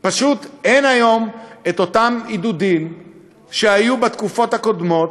פשוט אין היום את אותם עידודים שהיו בתקופות הקודמות